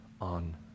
on